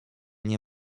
nie